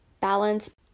balance